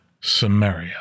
Samaria